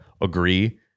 agree